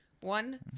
One